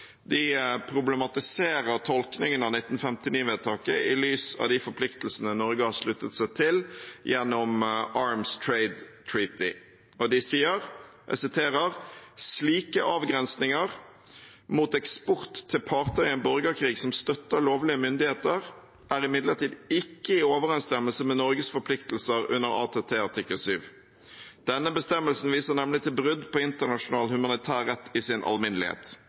De problematiserer tolkningen av 1959-vedtaket i lys av de forpliktelsene Norge har sluttet seg til gjennom Arms Trade Treaty. De sier: «Slike avgrensinger er imidlertid ikke i overensstemmelse med Norges forpliktelser under ATT artikkel 7. Denne bestemmelsen viser nemlig til brudd på internasjonal humanitær rett i sin alminnelighet.